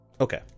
okay